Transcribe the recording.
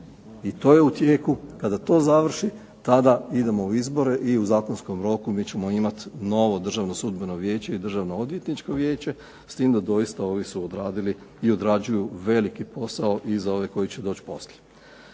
i to je u tijeku. Kada to završi tada idemo u izbore i u zakonskom roku mi ćemo imat novo Državno sudbeno vijeće i Državno odvjetničko vijeće s tim da doista ovi su odradili i odrađuju veliki posao i za ove koji će doći poslije.